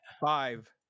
Five